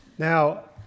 Now